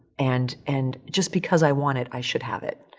and, and just because i want it, i should have it.